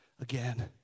again